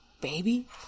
baby